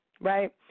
right